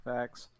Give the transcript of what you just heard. Facts